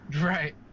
Right